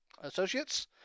associates